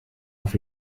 auf